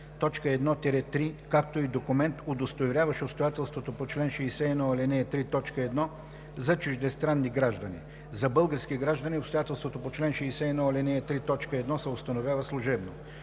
т. 1 – 3, както и документ, удостоверяващ обстоятелството по чл. 61, ал. 3, т. 1 – за чуждестранни граждани. За български граждани обстоятелството по чл. 61, ал. 3, т. 1 се установява служебно;“